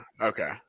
okay